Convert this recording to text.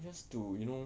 just to you know